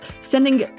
sending